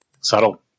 Subtle